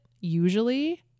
usually